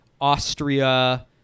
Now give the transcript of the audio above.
Austria